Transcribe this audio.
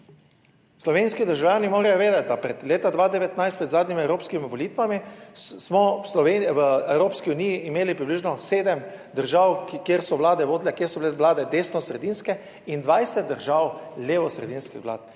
Slovenski državljani morajo vedeti, da pred leta 2019, pred zadnjimi evropskimi volitvami smo v Sloveniji, v Evropski uniji imeli približno sedem držav kjer so vlade vodile, kjer so bile vlade desnosredinske in 20 držav levosredinskih vlad,